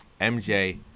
mj